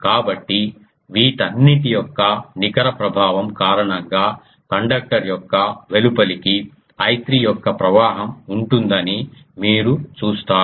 కాబట్టి వీటన్నిటి యొక్క నికర ప్రభావం కారణంగా కండక్టర్ యొక్క వెలుపలికి I3 యొక్క ప్రవాహం ఉంటుందని మీరు చూస్తారు